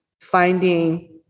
finding